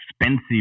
expensive